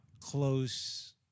close